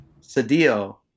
Sadio